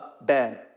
bad